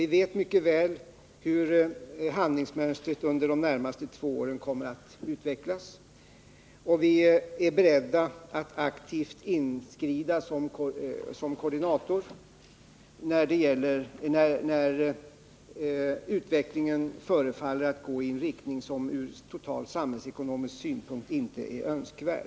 Vi vet mycket väl hur handlingsmönstret under de närmaste två åren kommer att utvecklas, och vi är beredda att aktivt inskrida som koordinator när utvecklingen förefaller att gå i en riktning som ur total samhällsekonomisk synpunkt inte är önskvärd.